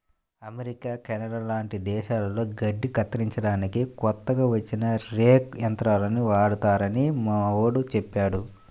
America, Canada లాంటి దేశాల్లో గడ్డి కత్తిరించడానికి కొత్తగా వచ్చిన రేక్ యంత్రాలు వాడతారని మావోడు చెప్పాడు